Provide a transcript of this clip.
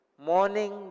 Morning